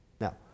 Now